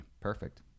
Perfect